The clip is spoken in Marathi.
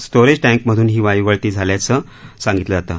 स्टोरेज टँकमधून ही वायू गळती झाल्याचं सांगितलं जातं